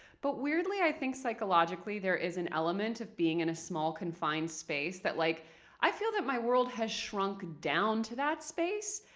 but weirdly, i think, psychologically, there is an element of being in a small, confined space that like i feel the my world has shrunk down to that space,